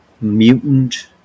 Mutant